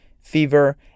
fever